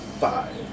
five